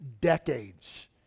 decades